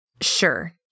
Sure